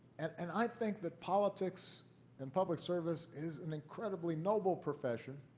and and i think that politics and public service is an incredibly noble profession,